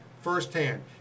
firsthand